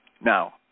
Now